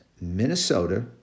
Minnesota